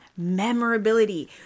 memorability